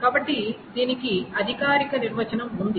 కాబట్టి దీనికి అధికారిక నిర్వచనం ఇది